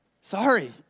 Sorry